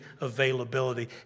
availability